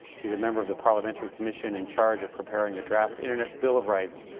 she's a member of the parliamentary commission in charge of preparing a draft internet bill of rights,